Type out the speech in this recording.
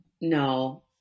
No